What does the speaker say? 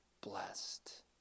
Blessed